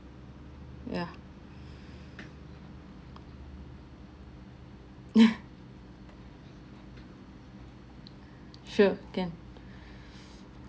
yeah sure can